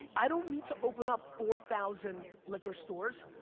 i don't need to open up four thousand liquor stores,